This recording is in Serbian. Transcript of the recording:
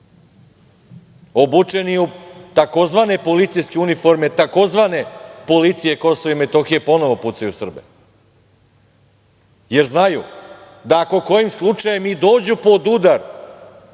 obučene u tzv. policijske uniforme tzv. policije Kosova i Metohije ponovo pucaju na Srbe, jer znaju da ako kojim slučajem i dođu pod udar